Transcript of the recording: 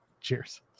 Cheers